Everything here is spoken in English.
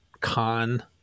con